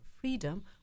freedom